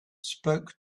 spoke